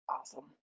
Awesome